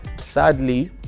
Sadly